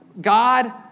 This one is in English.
God